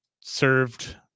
served